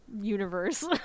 universe